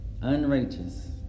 Unrighteous